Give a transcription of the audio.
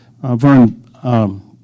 Vern